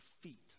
feet